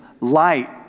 light